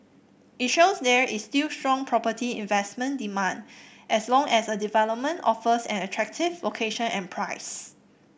it shows there is still strong property investment demand as long as a development offers an attractive location and price